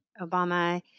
Obama